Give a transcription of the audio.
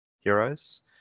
heroes